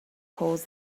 polls